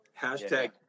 hashtag